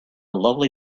lovely